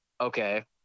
okay